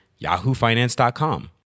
YahooFinance.com